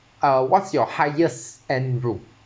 uh what's your highest end room